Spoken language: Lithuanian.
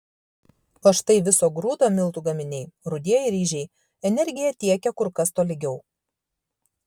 o štai viso grūdo miltų gaminiai rudieji ryžiai energiją tiekia kur kas tolygiau